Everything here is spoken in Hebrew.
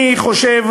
אני חושב